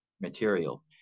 material